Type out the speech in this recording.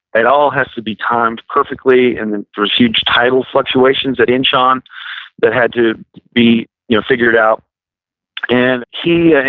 it all has to be timed perfectly and then there's huge tidal fluctuations at inchon that had to be you know figured out and he, ah